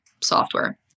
software